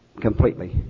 Completely